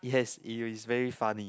it has it is very funny